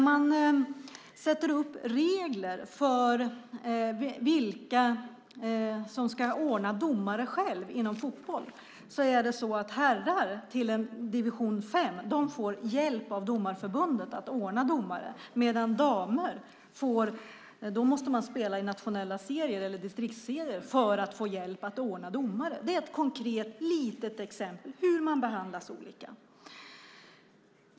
Enligt reglerna för vilka som ska ordna domare inom fotboll får herrar i division 5 hjälp av Domarförbundet att ordna domare, medan damer måste spela i nationella serier eller distriktsserier för att få hjälp att ordna domare. Det är ett konkret, litet exempel på hur män och kvinnor behandlas olika.